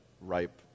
ripe